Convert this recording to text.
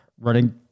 running